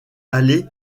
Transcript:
allez